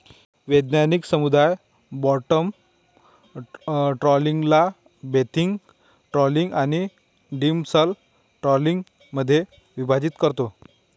वैज्ञानिक समुदाय बॉटम ट्रॉलिंगला बेंथिक ट्रॉलिंग आणि डिमर्सल ट्रॉलिंगमध्ये विभाजित करतो